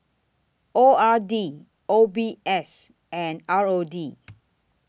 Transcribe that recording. O R D O B S and R O D